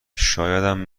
شایدم